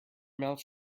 mouth